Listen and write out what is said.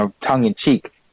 tongue-in-cheek